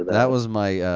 that was my